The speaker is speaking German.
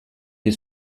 die